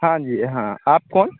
हाँ जी हाँ आप कौन